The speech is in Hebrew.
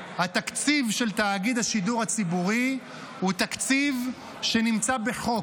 התקציב של תאגיד השידור הציבורי הוא תקציב שנמצא בחוק.